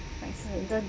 like certain